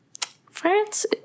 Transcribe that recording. France